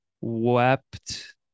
wept